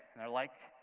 they're like,